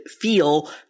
feel